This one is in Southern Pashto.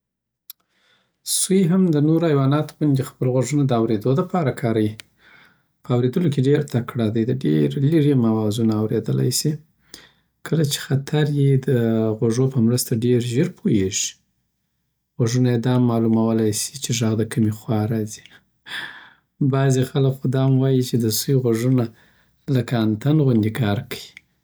سوی هم د نورو حیواناتو اغوندی خپل غوږونه د اورېدو د پاره کاریی. په اوریدلو کی ډیره تکړه دی، د ډیره لیری هم آوازونه اورېدلای سی. کله چي خطر وي، نو د غوږو په مرسته ډیر ژر پوییږی. غوږونه یی دا هم معلومولای سی چی ږغ د کمی خوا راځی. بعضې خلک خو دا هم وایې چي د سوی غوږونه لکه انتن غوندی کارکیی.